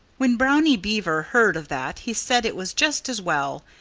when brownie beaver heard of that he said it was just as well,